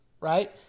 right